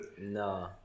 No